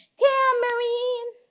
tambourine